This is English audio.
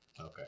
Okay